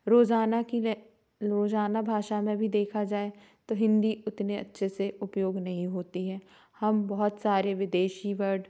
रोज़ाना की रोज़ाना भाषा में भी देखा जाए तो हिन्दी उतने अच्छे से उपयोग नहीं होती है हम बहुत सारे विदेशी वर्ड